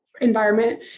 environment